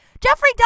jeffrey